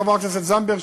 חברת הכנסת זנדברג,